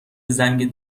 زنگ